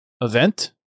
event